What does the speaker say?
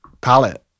palette